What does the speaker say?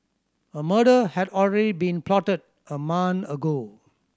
a murder had already been plotted a month ago